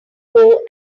wore